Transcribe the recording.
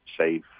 safe